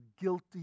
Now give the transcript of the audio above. guilty